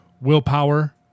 Willpower